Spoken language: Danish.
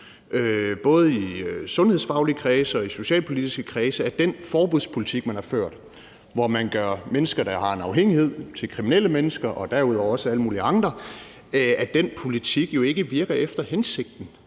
både i sundhedsfaglige kredse og i socialpolitiske kredse, om, at den forbudspolitik, man har ført, hvor man gør mennesker, der har en afhængighed, og derudover også alle mulige andre til kriminelle mennesker, jo ikke virker efter hensigten.